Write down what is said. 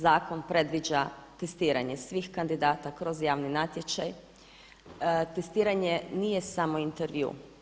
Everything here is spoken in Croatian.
Zakon predviđa testiranje svih kandidata kroz javni natječaj, testiranje nije samo intervju.